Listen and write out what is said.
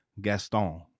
Gaston